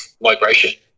migration